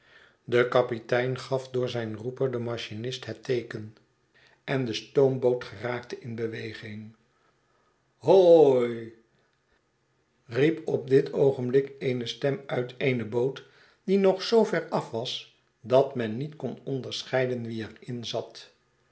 de kapitein gaf door zijn roeper den machinist het teeken en de stoomboot geraakte in beweging ho o o o i riep op dit oogenblik eene stem uit eene boot die nog zoo ver af was dat men niet kon onderscheiden wie